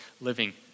living